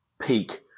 peak